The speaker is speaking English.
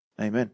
Amen